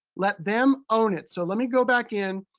let them own it. so let me go back in,